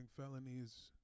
felonies